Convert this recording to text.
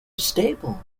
stable